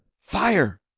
Fire